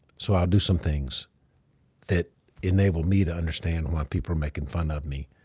so i'll do some things that enable me to understand why people are making fun of me,